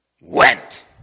went